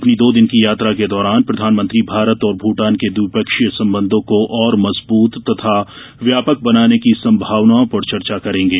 अपनी दो दिन की यात्रा को दौरान प्रधानमंत्री भारत और भूटान के द्विपक्षीय संबंधों को और मजबूत तथा व्यापक बनाने की संभावनाओं पर चर्चा करेंगे